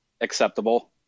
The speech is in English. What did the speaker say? Acceptable